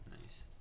Nice